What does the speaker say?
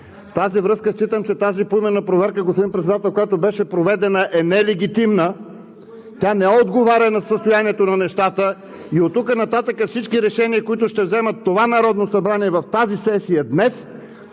тази връзка считам, че тази поименна проверка, господин Председател, която беше проведена, е нелегитимна, тя не отговаря на състоянието на нещата! И оттук нататък всички решения, които ще вземе това Народно събрание в тази сесия, днес,